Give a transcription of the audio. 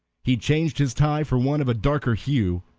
he changed his tie for one of a darker hue,